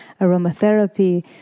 aromatherapy